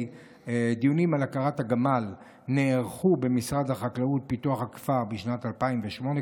דיונים על הכרת הגמל נערכו במשרד החקלאות ופיתוח הכפר בשנת 2008,